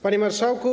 Panie Marszałku!